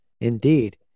Indeed